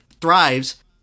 thrives